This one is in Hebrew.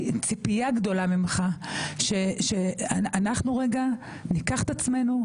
ציפייה גדולה ממך שאנחנו רגע ניקח את עצמנו,